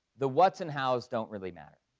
the what's and how's don't really matter.